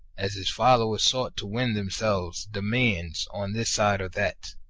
as his followers sought to win themselves dominions on this side or that.